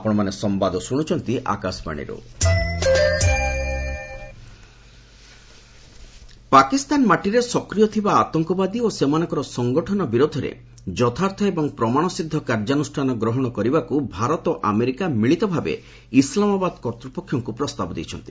India US Pakistan ମାଟିରେ ସକ୍ରିୟ ଥିବା ଆତଙ୍କବାଦୀ ଓ ସେମାନଙ୍କର ସଙ୍ଗଠନ ବିରୋଧରେ ଯଥାର୍ଥ ଏବଂ ପ୍ରମାଣସିଦ୍ଧ କାର୍ଯ୍ୟାନ୍ରଷ୍ଠାନ ଗ୍ରହଣ କରିବାକୁ ଭାରତ ଓ ଆମେରିକା ମିଳିତ ଭାବେ ଇସ୍ଲାମାବାଦ କର୍ତ୍ତପକ୍ଷଙ୍କୁ ପ୍ରସ୍ତାବ ଦେଇଛନ୍ତି